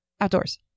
Outdoors